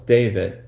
David